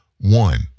one